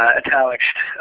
italicized